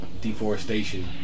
deforestation